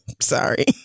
Sorry